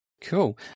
Cool